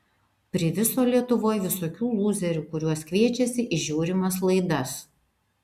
priviso lietuvoj visokių lūzerių kuriuos kviečiasi į žiūrimas laidas